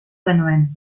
genuen